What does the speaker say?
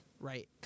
right